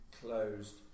closed